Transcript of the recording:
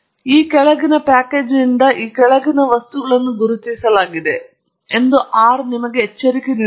ಈ ಕೆಳಗಿನ ಪ್ಯಾಕೇಜ್ನಿಂದ ಈ ಕೆಳಗಿನ ವಸ್ತುಗಳನ್ನು ಗುರುತಿಸಲಾಗಿದೆ ಎಂದು R ನಿಮಗೆ ಎಚ್ಚರಿಕೆ ನೀಡುತ್ತದೆ